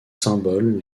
symbole